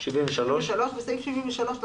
זה תלוי.